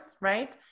right